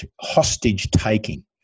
hostage-taking